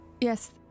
Yes